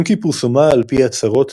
אם כי פורסמה על פי ההצהרות